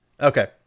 Okay